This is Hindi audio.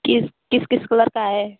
किस किस किस कलर का है